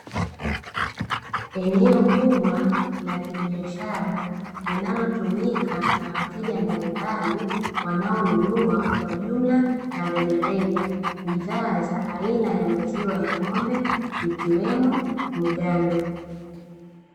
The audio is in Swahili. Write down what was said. Eneo kubwa la kibiashara linalotumika na wateja mbalimbali wanaonunua kwa jumla na rejareja, bidhaa za aina ya maziwa ya ng'ombe, ikiwemo mgando.